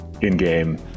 in-game